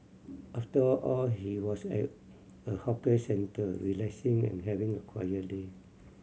after all he was at a hawker centre relaxing and having a quiet day